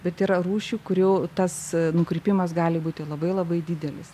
bet yra rūšių kurių tas nukrypimas gali būti labai labai didelis